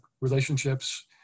relationships